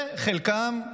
וחלקם,